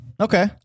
Okay